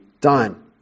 done